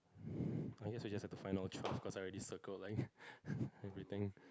I guess we just have to find out cause I already circle like everything